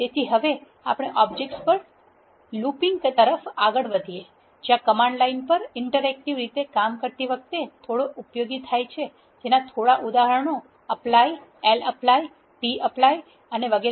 તેથી હવે આપણે ઓબ્જેક્ટ્સ પર લૂપિંગ તરફ આગળ વધીએ છીએ જ્યા કમાન્ડ લાઇન પર ઇન્ટરેક્ટિવ રીતે કામ કરતી વખતે થોડા ઉપયોગી થાય છે જેના થોડા ઉદાહરણો apply lapply tapply અને વગેરે